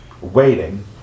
Waiting